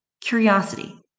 curiosity